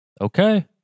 Okay